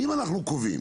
אם אנחנו קובעים